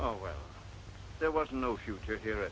oh well there was no future here